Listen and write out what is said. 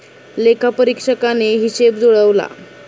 लेखापरीक्षकाने हिशेब जुळवला